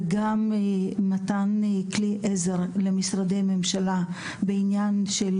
וגם מתן כלי עזר למשרדי הממשלה בעניין של